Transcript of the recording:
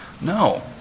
no